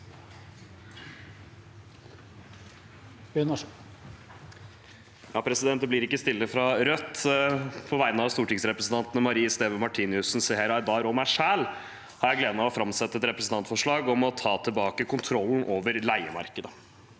Det blir ikke stille fra Rødt. På vegne av stortingsrepresentantene Marie Sneve Martinussen, Seher Aydar og meg selv har jeg gleden av å framsette et representantforslag om å ta tilbake kontrollen over leiemarkedet.